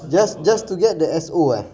just just to get the S_O ah